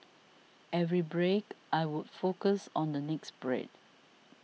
every break I would focus on the next break